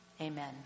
Amen